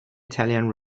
italian